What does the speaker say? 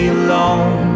alone